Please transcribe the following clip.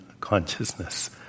consciousness